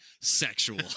sexual